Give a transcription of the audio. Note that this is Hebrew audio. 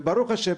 וברוך השם,